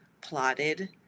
plotted